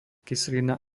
kyselina